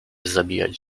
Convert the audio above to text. zabijać